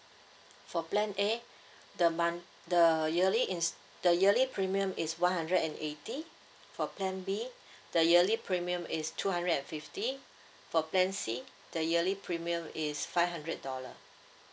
for plan A the month the yearly in~ the yearly premium is one hundred and eighty for plan B the yearly premium is two hundred and fifty for plan C the yearly premium is five hundred dollar